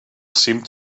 seemed